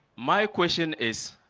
my question is